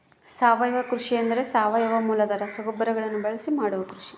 ಸಾವಯವ ಕೃಷಿ ಎಂದರೆ ಸಾವಯವ ಮೂಲದ ರಸಗೊಬ್ಬರಗಳನ್ನು ಬಳಸಿ ಮಾಡುವ ಕೃಷಿ